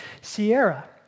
Sierra